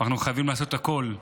ואנחנו חייבים לעשות הכול.